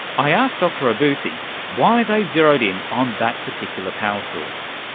i asked dr obousy why they'd zeroed in on that particular power source.